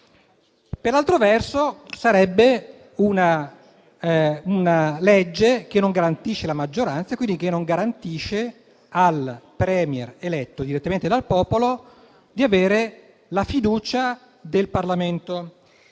per altro verso, sarebbe una legge che non garantisce la maggioranza, quindi che non garantisce al *Premier* eletto direttamente dal popolo di avere la fiducia del Parlamento.